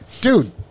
Dude